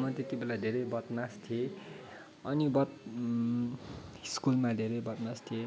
म त्यतिबेला धेरै बदमास थिएँ अनि स्कुलमा धेरै बदमास थिएँ